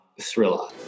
thriller